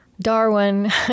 Darwin